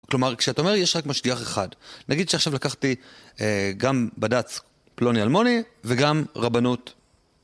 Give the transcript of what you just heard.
כלומר, כשאתה אומר, יש רק משגיח אחד. נגיד שעכשיו לקחתי גם בד״ץ פלוני-אלמוני וגם רבנות